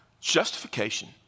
Justification